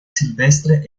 silvestre